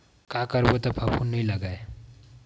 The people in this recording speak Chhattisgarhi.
का करबो त फफूंद नहीं लगय?